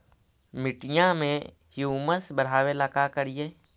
मिट्टियां में ह्यूमस बढ़ाबेला का करिए?